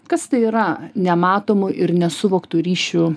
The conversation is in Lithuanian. kas tai yra nematomų ir nesuvoktų ryšių